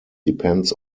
depends